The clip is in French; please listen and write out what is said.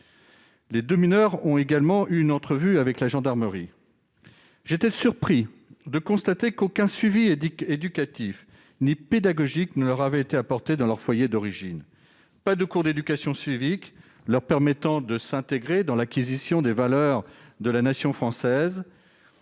Les deux mineurs ont également été entendus par des gendarmes. J'ai été surpris de constater qu'aucun suivi éducatif ou pédagogique ne leur avait été apporté dans leur foyer d'origine. Il n'y a pas de cours d'éducation civique leur permettant de s'intégrer en acquérant les valeurs de la Nation française